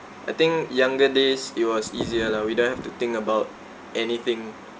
I think younger days it was easier lah we don't have to think about anything